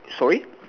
sorry